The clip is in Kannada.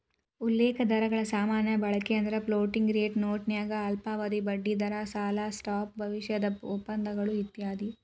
ಉಲ್ಲೇಖ ದರಗಳ ಸಾಮಾನ್ಯ ಬಳಕೆಯೆಂದ್ರ ಫ್ಲೋಟಿಂಗ್ ರೇಟ್ ನೋಟನ್ಯಾಗ ಅಲ್ಪಾವಧಿಯ ಬಡ್ಡಿದರ ಸಾಲ ಸ್ವಾಪ್ ಭವಿಷ್ಯದ ಒಪ್ಪಂದಗಳು ಇತ್ಯಾದಿ